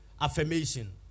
Affirmation